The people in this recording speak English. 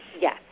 Yes